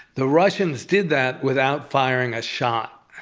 the russians did that without firing a shot.